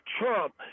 Trump